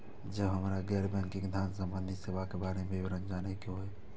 जब हमरा गैर बैंकिंग धान संबंधी सेवा के बारे में विवरण जानय के होय?